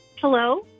Hello